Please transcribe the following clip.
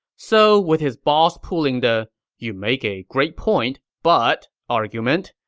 so, with his boss pulling the you make a great point, but argument,